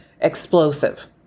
explosive